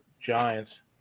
giants